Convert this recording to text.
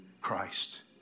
Christ